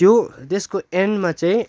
त्यो त्यसको एन्डमा चाहिँ